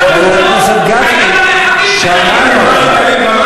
גפני, אני, חבר הכנסת גפני, שמענו אותך.